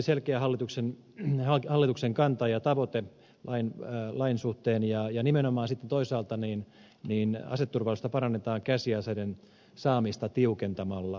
se oli selkeä hallituksen kanta ja tavoite lain suhteen ja nimenomaan sitten toisaalta aseturvallisuutta parannetaan käsiaseiden saamista tiukentamalla